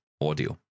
audio